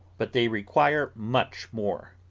but they require much more.